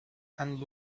and